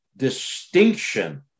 distinction